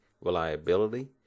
reliability